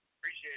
Appreciate